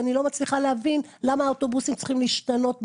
אני לא מצליחה להבין למה האוטובוסים צריכים להשתנות,